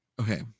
Okay